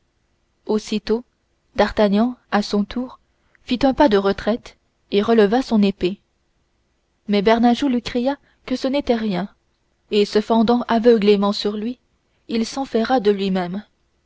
aussitôt d'artagnan à son tour fit un pas de retraite et releva son épée mais bernajoux lui cria que ce n'était rien et se fendant aveuglément sur lui il s'enferra de lui-même